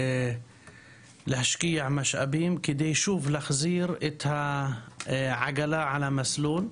להשקיע משאבים בנושא הזה כדי להחזיר שוב את העגלה למסלול.